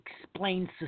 explains